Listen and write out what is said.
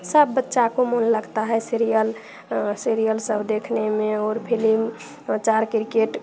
सब बच्चा को मन लगता है सीरियल सीरियल सब देखने में और फिलिम और बच्चा आर किरकेट